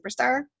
superstar